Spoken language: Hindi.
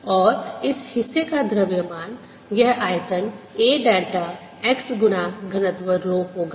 और इस हिस्से का द्रव्यमान यह आयतन A डेल्टा x गुना घनत्व रो होगा